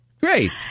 Great